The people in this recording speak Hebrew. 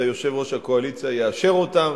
ויושב-ראש הקואליציה יאשר אותם,